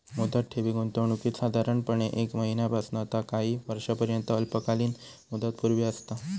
मुदत ठेवी गुंतवणुकीत साधारणपणे एक महिन्यापासना ता काही वर्षांपर्यंत अल्पकालीन मुदतपूर्ती असता